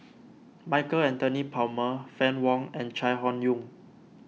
Michael Anthony Palmer Fann Wong and Chai Hon Yoong